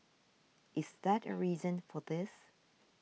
is that a reason for this